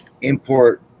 import